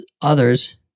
others